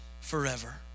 forever